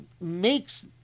makes